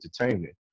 Entertainment